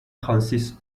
consists